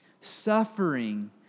Suffering